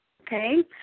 Okay